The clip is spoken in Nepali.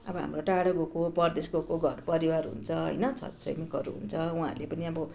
अब हाम्रो टाढा भएको परदेश गएको घरपरिवारहरू हुन्छ होइन छरछिमेकहरू हुन्छ उहाँहरूले पनि अब